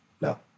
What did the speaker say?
No